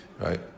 right